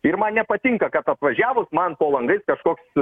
ir man nepatinka kad atvažiavus man po langais kažkoks